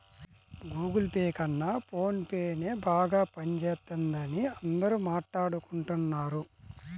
Google Pay కన్నా ఫోన్ పేనే బాగా పనిజేత్తందని అందరూ మాట్టాడుకుంటన్నారు